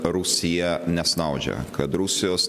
rusija nesnaudžia kad rusijos